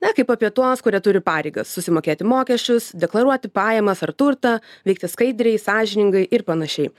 na kaip apie tuos kurie turi pareigas susimokėti mokesčius deklaruoti pajamas ar turtą veikti skaidriai sąžiningai ir panašiai